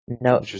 No